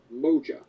Moja